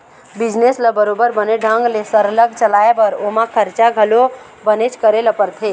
business ल बरोबर बने ढंग ले सरलग चलाय बर ओमा खरचा घलो बनेच करे ल परथे